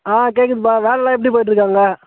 ஆ கேட்குதுப்பா வேலைலாம் எப்படி போயிட்டுருக்கு அங்கே